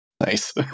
Nice